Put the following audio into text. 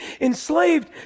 enslaved